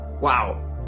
Wow